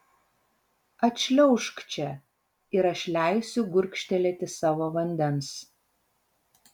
atšliaužk čia ir aš leisiu gurkštelėti savo vandens